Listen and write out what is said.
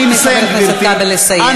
רבותי, אני מבקשת מחבר הכנסת כבל לסיים.